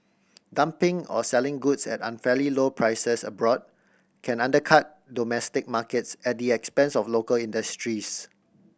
dumping or selling goods at unfairly low prices abroad can undercut domestic markets at the expense of local industries